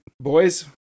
Boys